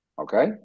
okay